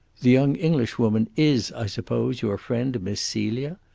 the young englishwoman is, i suppose, your friend miss celia?